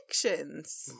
predictions